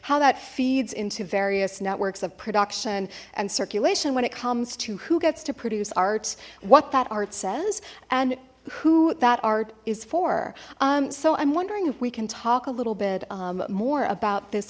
how that feeds into various networks of production and circulation when it comes to who gets to produce arts what that art says and who that art is for so i'm wondering if we can talk a little bit more about this